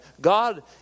God